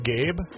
Gabe